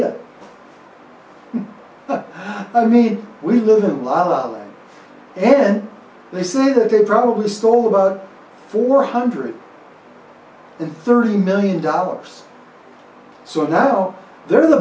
m i mean we live in la la la then they say that they probably stole about four hundred thirty million dollars so now they're the